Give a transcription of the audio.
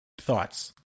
thoughts